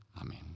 Amen